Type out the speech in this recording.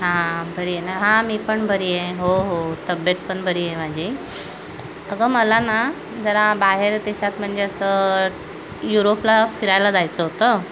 हां बरी आहे ना हां मी पण बरी आहे हो हो तब्येत पण बरी आहे माझी अगं मला ना जरा बाहेर देशात म्हणजे असं युरोपला फिरायला जायचं होतं